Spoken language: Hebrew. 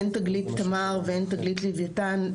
הן תגלית תמר והן תגלית לויתן,